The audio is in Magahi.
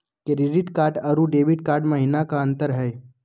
क्रेडिट कार्ड अरू डेबिट कार्ड महिना का अंतर हई?